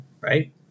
right